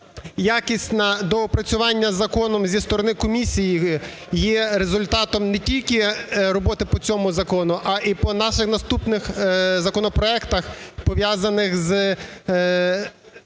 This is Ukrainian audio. якісне доопрацювання закону зі сторони комісії є результатом не тільки роботи по цьому закону, а і по наших наступних законопроектах, пов'язаних зі